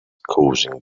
causing